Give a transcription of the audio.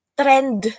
trend